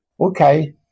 Okay